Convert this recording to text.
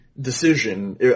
decision